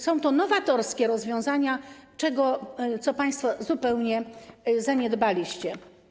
Są to nowatorskie rozwiązania, co państwo zupełnie zaniedbaliście.